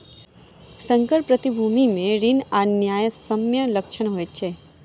संकर प्रतिभूति मे ऋण आ न्यायसम्य लक्षण होइत अछि